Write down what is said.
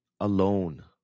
alone